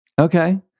Okay